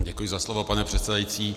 Děkuji za slovo, pane předsedající.